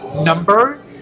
number